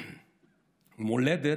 "מולדת",